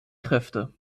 kräfte